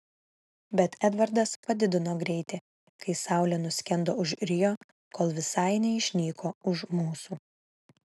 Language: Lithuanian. bet edvardas padidino greitį kai saulė nuskendo už rio kol visai neišnyko už mūsų